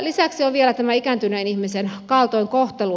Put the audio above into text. lisäksi on vielä tämä ikääntyneen ihmisen kaltoinkohtelu